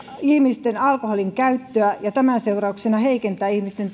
ihmisten alkoholinkäyttöä ja tämän seurauksena heikentää ihmisten